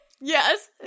Yes